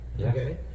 okay